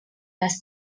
les